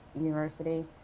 University